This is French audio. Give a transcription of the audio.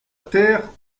terre